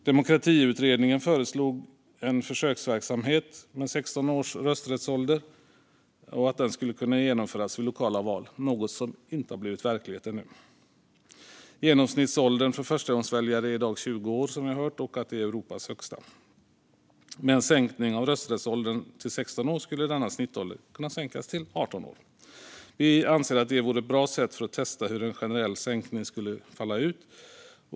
Demokratiutredningen föreslog att en försöksverksamhet med 16 års rösträttsålder skulle genomföras vid lokala val, något som ännu inte har blivit verklighet. Genomsnittsåldern för förstagångsväljare i Sverige är i dag 20 år, vilket är Europas högsta. Med en sänkning av rösträttsåldern till 16 år skulle snittåldern kunna sänkas till 18 år. Vi anser att detta vore ett bra sätt att testa hur en generell sänkning skulle falla ut.